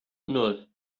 nul